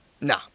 No